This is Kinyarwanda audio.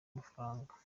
amafaranga